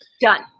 Done